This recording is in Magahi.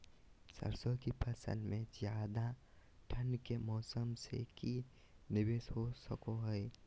सरसों की फसल में ज्यादा ठंड के मौसम से की निवेस हो सको हय?